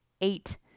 eight